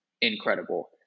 incredible